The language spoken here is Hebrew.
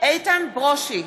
איתן ברושי,